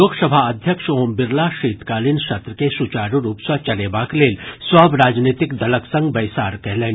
लोकसभा अध्यक्ष ओम बिड़ला शीतकालीन सत्र के सुचारू रूप सँ चलेबाक लेल सभ राजनीतिक दलक संग बैसार कयलनि